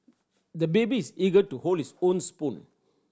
the baby is eager to hold his own spoon